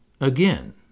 again